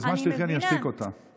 בזמן שתלכי אני אשתיק אותה, בסדר?